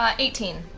um eighteen.